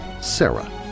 Sarah